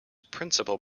principal